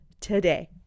today